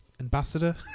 Ambassador